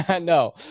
No